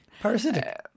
Parasitic